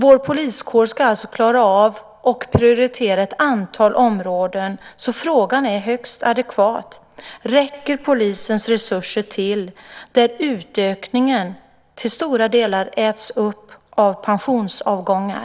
Vår poliskår ska alltså klara av och prioritera ett antal områden, så frågan är högst adekvat: Räcker polisens resurser till där utökningen till stora delar äts upp av pensionsavgångar?